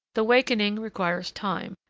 the awakening requires time,